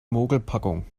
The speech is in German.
mogelpackung